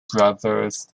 brothers